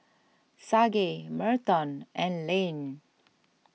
Sage Merton and Layne